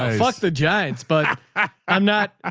ah fuck the giants. but i'm not, ah